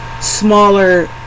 smaller